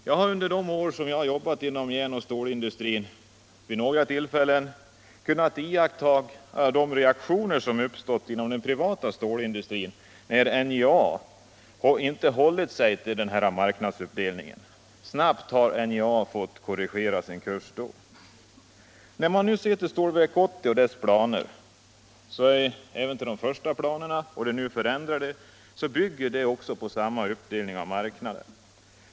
Jag har under de år som jag har jobbat inom järnoch stålindustrin vid några tillfällen kunnat iaktta den reaktion som uppstått inom den privata stålindustrin när NJA inte har hållit sig till den här marknadsuppdelningen. NJA har snabbt fått korrigera sin kurs. När man nu ser till Stålverk 80 och dess planer, de första och de nu förändrade, finner man att de bygger på denna uppdelning av marknaden.